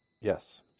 Yes